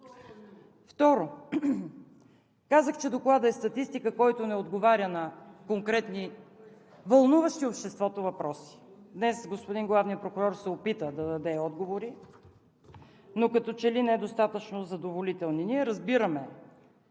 Второ, казах, че Докладът е статистика, който и не отговаря на конкретни въпроси, вълнуващи обществото. Днес господин главният прокурор се опита да даде отговори, но като че ли недостатъчно задоволителни. Ние разбираме,